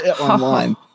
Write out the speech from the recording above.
online